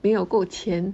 没有够钱